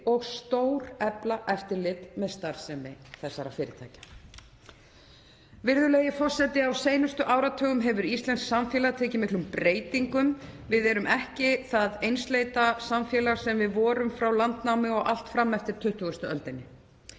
og stórefla eftirlit með starfsemi þessara fyrirtækja. Virðulegi forseti. Á seinustu áratugum hefur íslenskt samfélag tekið miklum breytingum. Við erum ekki það einsleita samfélag sem við vorum frá landnámi og allt fram eftir 20. öldinni.